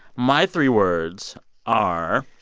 my three words are,